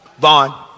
Vaughn